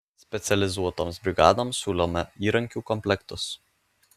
specializuotoms brigadoms siūlome įrankių komplektus